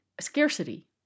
scarcity